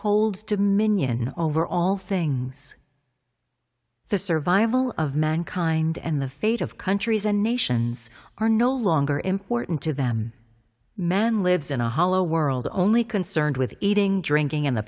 holds to minion over all things the survival of mankind and the fate of countries and nations are no longer important to them man lives in a hollow world only concerned with eating drinking and the